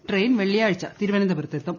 train വെള്ളിയാഴ്ച തിരുവനന്തപുരത്ത് എത്തും